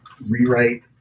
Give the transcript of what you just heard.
rewrite